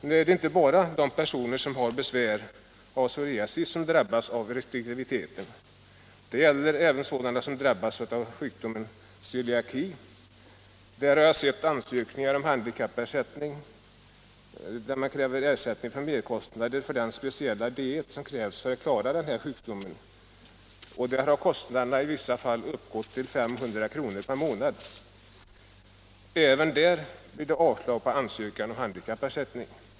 Nu är det inte bara de personer som har besvär av psoriasis som drabbas av restriktiviteten. Det gäller även sådana som drabbas av sjukdomen celiaki. Här har jag sett ansökningar om handikappersättning för merkostnader för den speciella diet som krävs för att klara sjukdomen. I vissa fall har kostnaderna uppgått till 500 kr. per månad. Även där blir det avslag på ansökan om handikappersättning.